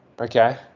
Okay